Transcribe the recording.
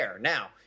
Now